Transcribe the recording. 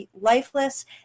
lifeless